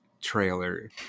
trailer